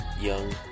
young